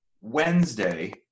Wednesday